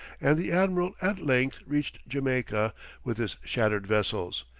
and the admiral at length reached jamaica with his shattered vessels,